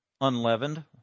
unleavened